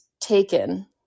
taken